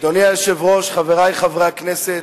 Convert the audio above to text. אדוני היושב-ראש, חברי חברי הכנסת,